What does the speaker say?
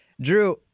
Drew